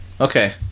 Okay